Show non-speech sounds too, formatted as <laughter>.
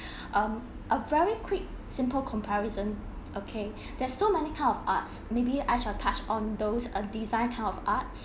<breath> um a very quick simple comparison okay <breath> there's so many kind of art maybe I shall touch on those uh design type of art